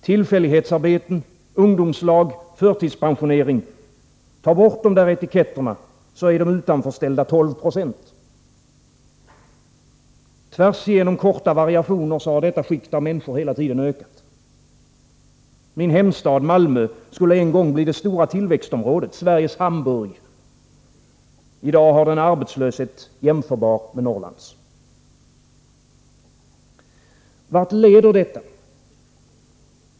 Tillfällighetsarbeten, ungdomslag, förtidspensionering — ta bort de där etiketterna, så är de utanförställda 12 20. Tvärs igenom korta variationer har detta skikt av människor hela tiden ökat. Min hemstad Malmö skulle en gång bli det stora tillväxtområdet — Sveriges Hamburg. I dag har den en arbetslöshet jämförbar med Norrlands. Vart leder detta?